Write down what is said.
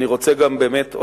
אני רוצה גם באמת,